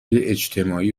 اجتماعی